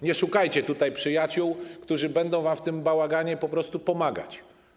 Nie szukajcie tutaj przyjaciół, którzy będą wam w tym bałaganie po prostu pomagać.